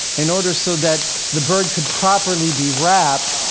in order so that the bird could properly be wrapped.